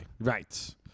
Right